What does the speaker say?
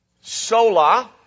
sola